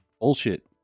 bullshit